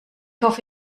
hoffe